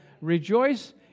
rejoice